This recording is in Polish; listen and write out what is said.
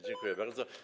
Dziękuję bardzo.